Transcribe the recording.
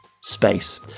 Space